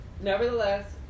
nevertheless